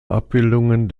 abbildungen